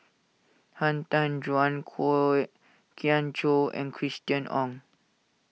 Han Tan Juan Kwok Kian Chow and Christina Ong